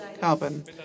carbon